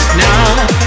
now